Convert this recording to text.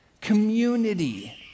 community